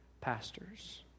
pastors